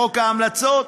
חוק ההמלצות,